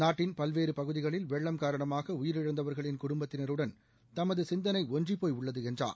நாட்டின் பல்வேறு பகுதிகளில் வெள்ளம் காரணமாக உயிரிழந்தவர்களின் குடும்பத்தினருடன் தமது சிந்தனை ஒன்றிப்போய் உள்ளது என்றார்